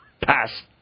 Pass